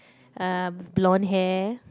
uh blonde hair